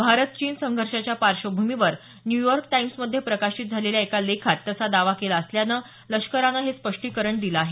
भारत चीन संघर्षाच्या पार्श्वभूमीवर न्यूयॉर्क टाईम्समधे प्रकाशित झालेल्या एका लेखात तसा दावा केला असल्यानं लष्करानं हे स्पष्टीकरण दिल आहे